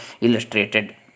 illustrated